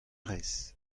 rez